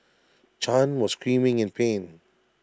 chan was screaming in pain